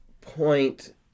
point